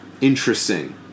interesting